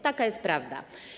Taka jest prawda.